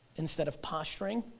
instead of posturing,